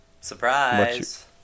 surprise